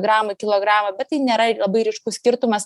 gramų į kilogramą bet tai nėra labai ryškus skirtumas